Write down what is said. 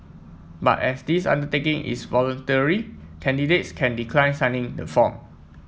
but as this undertaking is voluntary candidates can decline signing the form